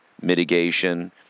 mitigation